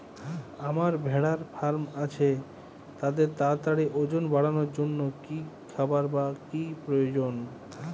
আমার ভেড়ার ফার্ম আছে তাদের তাড়াতাড়ি ওজন বাড়ানোর জন্য কী খাবার বা কী প্রয়োজন?